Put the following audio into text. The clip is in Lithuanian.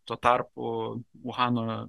tuo tarpu uhano